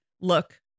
look